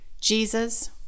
Jesus